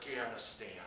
Afghanistan